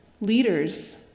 leaders